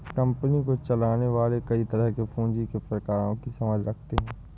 company को चलाने वाले कई तरह के पूँजी के प्रकारों की समझ रखते हैं